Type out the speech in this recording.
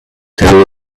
there